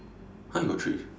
!huh! you got three